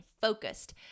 focused